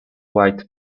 white